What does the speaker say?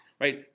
Right